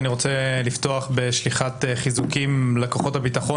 אני רוצה לפתוח בשליחת חיזוקים לכוחות הביטחון